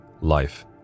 life